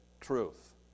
truth